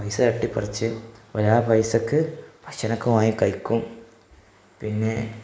പൈസ തട്ടിപ്പറിച്ച് അവരാ പൈസക്ക് ഭക്ഷണമൊക്കെ വാങ്ങി കഴിക്കും പിന്നേ